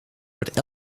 wordt